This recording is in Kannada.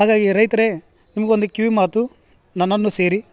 ಹಾಗಾಗಿ ರೈತ್ರೆ ನಿಮ್ಗೊಂದು ಕಿವಿಮಾತು ನನ್ನನು ಸೇರಿ